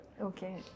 Okay